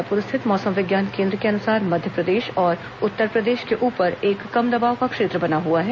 रायपुर स्थित मौसम विज्ञान केंद्र के अनुसार मध्यप्रदेश और उत्तरप्रदेश के ऊपर एक कम दबाव का क्षेत्र बना हुआ है